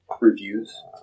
reviews